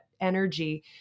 energy